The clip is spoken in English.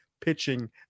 pitching